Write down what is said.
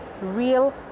real